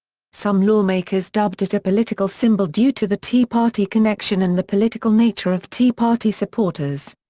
some lawmakers dubbed it a political symbol due to the tea party connection and the political nature of tea party supporters.